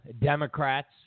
Democrats